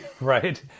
Right